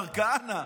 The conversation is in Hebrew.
מר כהנא,